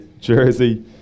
jersey